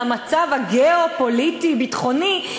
על המצב הגיאו-פוליטי הביטחוני,